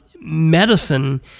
medicine